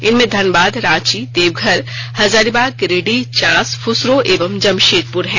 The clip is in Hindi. इनमें धनबाद रांची देवघर हजारीबाग गिरिडीह चास फुसरो एवं जमशेदपुर हैं